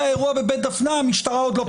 האירוע בבית דפנה המשטרה עוד לא פתחה בחקירה.